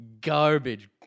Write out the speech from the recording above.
garbage